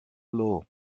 blow